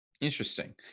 Interesting